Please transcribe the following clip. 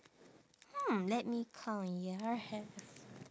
hmm let me count ya have